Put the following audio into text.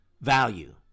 value